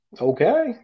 okay